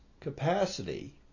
capacity